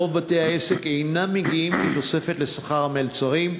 ברוב בתי-העסק הם אינם מגיעים לתוספת לשכר המלצרים.